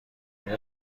آیا